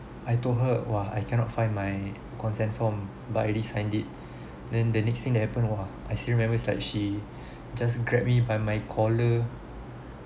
I told her !wah! I cannot find my consent form but I already signed it then the next thing that happen !wah! I still remember is like she just grabbed me by my collar